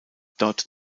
dort